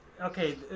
okay